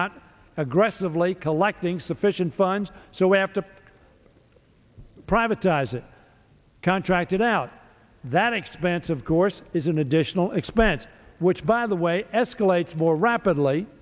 not aggressively collecting sufficient funds so we have to privatizing contracted out that expense of course is an additional expense which by the way escalates more rapidly